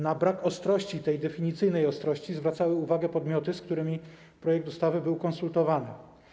Na brak tej definicyjnej ostrości zwracały uwagę podmioty, z którymi projekt ustawy był konsultowany.